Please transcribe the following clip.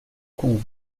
com